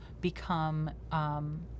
become